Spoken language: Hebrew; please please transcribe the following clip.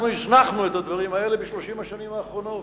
אנחנו הזנחנו את הדברים האלה ב-30 השנים האחרונות,